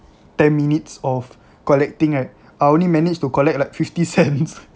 ten minutes of collecting right I only managed to collect like fifty cents